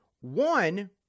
One